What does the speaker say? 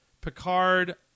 Picard